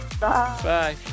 Bye